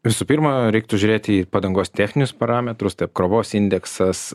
visų pirma reiktų žiūrėti į padangos techninius parametrus tai apkrovos indeksas